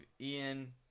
Ian